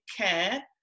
care